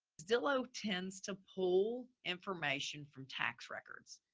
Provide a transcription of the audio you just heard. zillow tends to pull information from tax records.